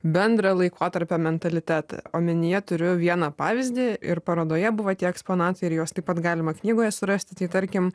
bendrą laikotarpio mentalitetą omenyje turiu vieną pavyzdį ir parodoje buvo tie eksponatai ir jos taip pat galima knygoje surasti tai tarkim